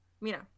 Mina